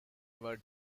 were